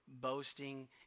boasting